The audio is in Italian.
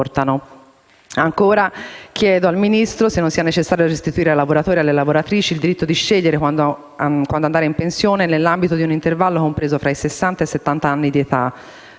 Ancora, chiedo al Ministro se non sia necessario restituire ai lavoratori e alle lavoratrici il diritto di scegliere quando andare in pensione, nell'ambito di un intervallo compreso tra i sessanta e